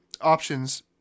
options